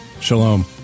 Shalom